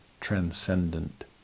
transcendent